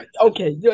Okay